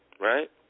right